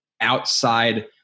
outside